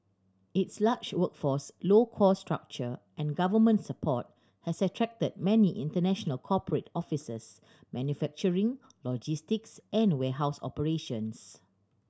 its large workforce low cost structure and government support has attracted many international corporate offices manufacturing logistics and warehouse operations